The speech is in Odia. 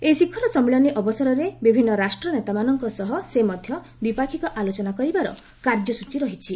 ଏହି ଶିଖର ସମ୍ମିଳନୀ ଅବସରରେ ବିଭିନ୍ନ ରାଷ୍ଟ୍ରନେତାମାନଙ୍କ ସହ ସେ ମଧ୍ୟ ଦ୍ୱିପାକ୍ଷିକ ଆଲୋଚନା କରିବାର କାର୍ଯ୍ୟସ୍ଚୀ ରହିଛି